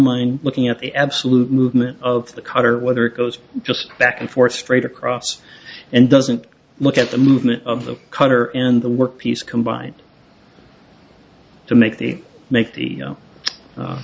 mind looking at the absolute movement of the cutter whether it goes just back and forth straight across and doesn't look at the movement of the cutter and the workpiece combine to make the make the